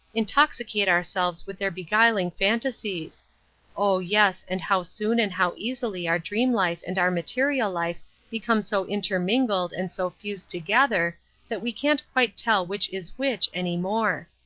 intoxicate ourselves with their beguiling fantasies oh yes, and how soon and how easily our dream life and our material life become so intermingled and so fused together that we can't quite tell which is which, any more.